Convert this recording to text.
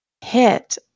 hit